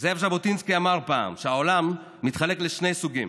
זאב ז'בוטינסקי אמר פעם שהעולם מתחלק לשני סוגים: